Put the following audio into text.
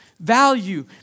value